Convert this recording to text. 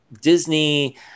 disney